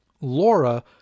Laura